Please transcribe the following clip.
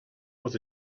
was